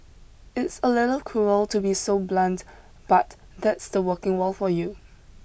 it's a little cruel to be so blunts but that's the working world for you